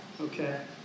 Okay